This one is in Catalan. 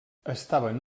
estaven